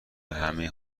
همه